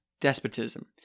despotism